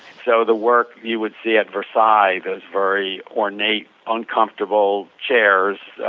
so the work you would see at riverside very ornate, uncomfortable chairs,